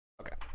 Okay